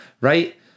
Right